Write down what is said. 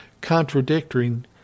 contradicting